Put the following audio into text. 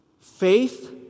Faith